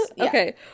Okay